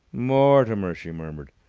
mortimer! she murmured.